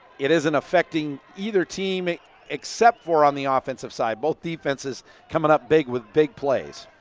it isn't affecting either team except for um the offensive side. both defensives coming up big with big plays.